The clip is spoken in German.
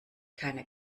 keine